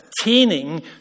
attaining